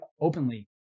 openly